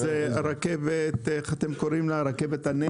איך אתם קוראים לרכבת הזו?